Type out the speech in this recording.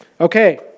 Okay